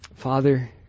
Father